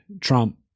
trump